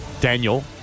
Daniel